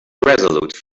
irresolute